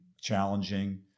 challenging